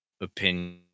Opinion